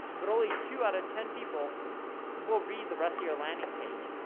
but only two out of ten people will read the rest of your landing page.